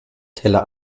teller